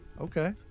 Okay